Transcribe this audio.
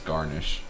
Garnish